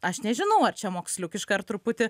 aš nežinau ar čia moksliukiška ar truputį